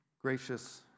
Gracious